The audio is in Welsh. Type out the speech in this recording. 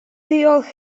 diolch